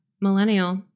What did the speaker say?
millennial